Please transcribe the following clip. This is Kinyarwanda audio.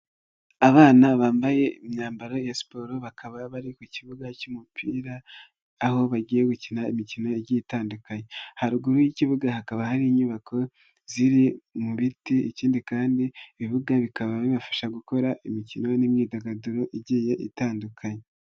Abana bambaye imyambaro ya siporo bakaba bari ku kibuga cy'umupira aho bagiye gukina imikino igiye itandukanye, haruguru y'ikibuga hakaba hari inyubako ziri mu biti ikindi kandi ibibuga bikaba bibafasha gukora imikino n'imyidagaduro igiye itandukanye.